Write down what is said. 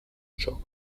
ciò